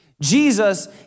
Jesus